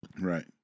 Right